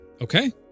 Okay